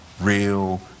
real